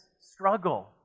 struggle